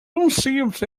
conceived